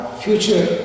future